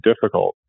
difficult